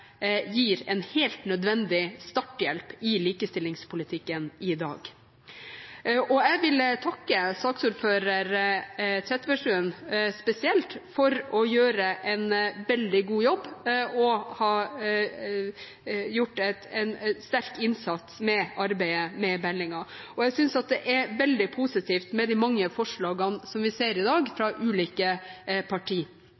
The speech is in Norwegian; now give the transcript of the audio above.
gir en helt nødvendig starthjelp i likestillingspolitikken i dag. Jeg vil takke saksordfører Trettebergstuen spesielt for å gjøre en veldig god jobb og for å ha gjort en sterk innsats i arbeidet med meldingen. Jeg synes at det er veldig positivt med de mange forslagene som vi ser i dag,